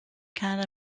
canada